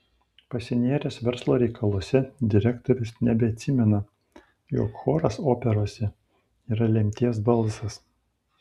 pasinėręs verslo reikaluose direktorius nebeatsimena jog choras operose yra lemties balsas